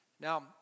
Now